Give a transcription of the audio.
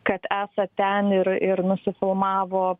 kad esą ten ir ir nusifilmavo